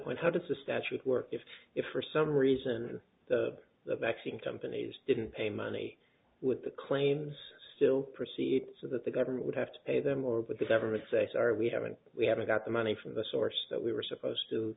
does the statute work if if for some reason the vaccine companies didn't pay money with the claims still proceeds so that the government would have to pay them more but the government say sorry we haven't we haven't got the money from the source that we were supposed to